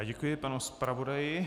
Děkuji panu zpravodaji.